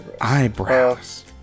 eyebrows